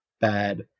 bad